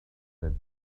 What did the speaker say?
said